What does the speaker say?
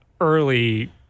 early